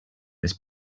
this